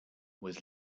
was